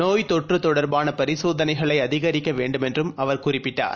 நோய் தொற்றுதொடர்பானபரிசோதனைகளைஅதிகரிக்கவேண்டுமென்றும் அவர் குறிப்பிட்டார்